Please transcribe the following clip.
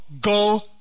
go